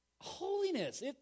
Holiness